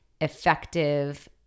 effective